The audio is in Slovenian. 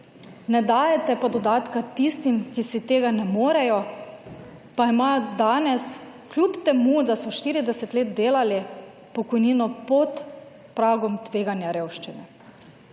ne dajete pa dodatka tistim, ki si tega ne morejo, pa imajo danes, kljub temu, da so 40 let delali, pokojnino pod pragom tveganja revščine.